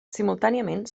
simultàniament